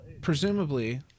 presumably